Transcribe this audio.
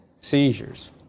seizures